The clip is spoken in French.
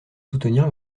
soutenir